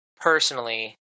personally